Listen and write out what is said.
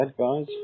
guys